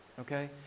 Okay